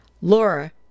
Laura